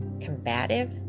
combative